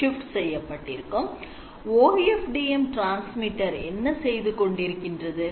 OFDM transmitter கடத்தி என்ன செய்து கொண்டிருக்கிறது